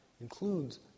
includes